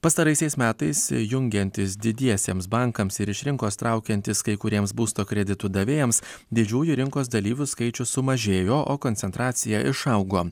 pastaraisiais metais jungiantis didiesiems bankams ir iš rinkos traukiantis kai kuriems būsto kreditų davėjams didžiųjų rinkos dalyvių skaičius sumažėjo o koncentracija išaugo